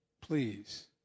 please